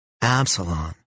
Absalom